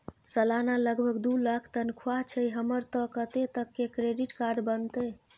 सलाना लगभग दू लाख तनख्वाह छै हमर त कत्ते तक के क्रेडिट कार्ड बनतै?